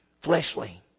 fleshly